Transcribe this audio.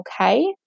okay